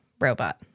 robot